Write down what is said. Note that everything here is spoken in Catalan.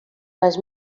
les